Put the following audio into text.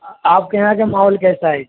آپ کے یہاں کا ماحول کیسا ہے